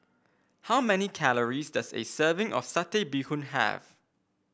how many calories does a serving of Satay Bee Hoon have